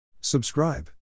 Subscribe